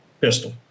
pistol